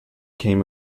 came